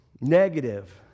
negative